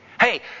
Hey